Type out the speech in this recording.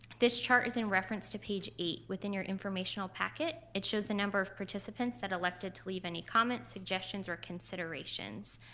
this chart is in reference to page eight within your informational packet. it shows the number of participants that elected to leave any comments, suggestions, or considerations.